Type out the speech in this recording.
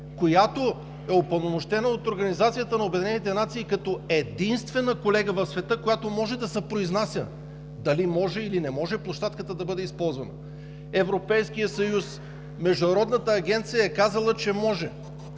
на обединените нации като единствена, колега, в света, която може да се произнася – дали може, или не може площадката да бъде използвана. Европейският съюз, Международната агенция е казала, че може.